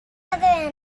other